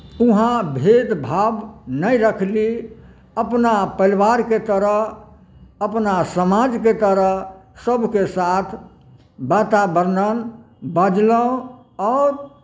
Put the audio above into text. उहाँ भेदभाव नहि रखली अपना परिवारके तरह अपना समाजके तरह सभके साथ वातावरण बजलहुँ आओर